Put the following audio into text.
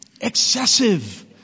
Excessive